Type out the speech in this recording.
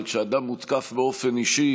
אבל כשאדם מותקף באופן אישי